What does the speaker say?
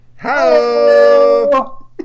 Hello